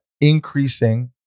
increasing